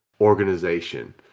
organization